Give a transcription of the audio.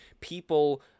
people